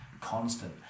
constant